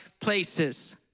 places